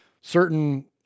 certain